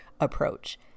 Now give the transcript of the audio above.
approach